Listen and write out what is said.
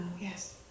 yes